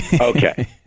Okay